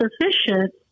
sufficient